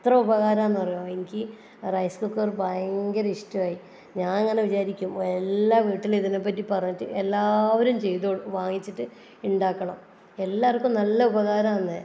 എത്ര ഉപകാരമാണെന്നറിയുവോ എനിക്ക് ഈ റൈസ് കുക്കർ ഭയങ്കര ഇഷ്ട്ടമായി ഞാനങ്ങനെ വിചാരിക്കും എല്ലാ വീട്ടിലും ഇതിനെ പറ്റി പറഞ്ഞിട്ട് എല്ലാവരും ചെയ്ത് വാങ്ങിച്ചിട്ട് ഉണ്ടാക്കണം എല്ലാവർക്കും നല്ല ഉപകാരമാണ്